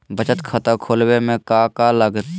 बचत खाता खुला बे में का का लागत?